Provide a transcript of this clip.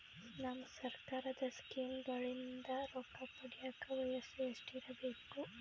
ನಮ್ಮ ಸರ್ಕಾರದ ಸ್ಕೀಮ್ಗಳಿಂದ ರೊಕ್ಕ ಪಡಿಯಕ ವಯಸ್ಸು ಎಷ್ಟಿರಬೇಕು?